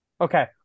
Okay